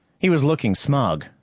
he was looking smug,